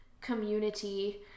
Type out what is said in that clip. community